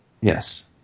Yes